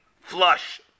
flush